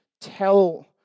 tell